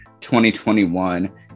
2021